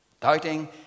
Doubting